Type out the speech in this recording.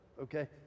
Okay